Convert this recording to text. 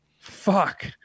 Fuck